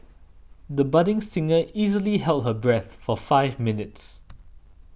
the budding singer easily held her breath for five minutes